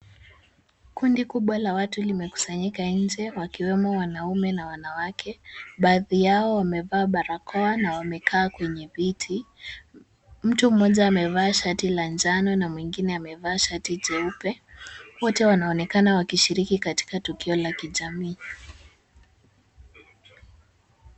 Kundi kubwa la watu limekusanyika nje wakiwemo wanaume na wanawake baadhi yao wamevaa barakoa na wamekaa kwenye viti. Mtu moja amevaa shati la njano na mwingine amevaa shati jeupe, wote wanaonekana wakishiriki katika tukio la kijamii.